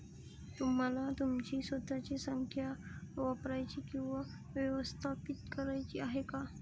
तुम्हाला तुमची स्वतःची संख्या वापरायची किंवा व्यवस्थापित करायची आहे का?